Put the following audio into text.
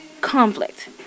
conflict